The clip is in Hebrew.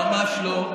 ממש לא.